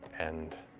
and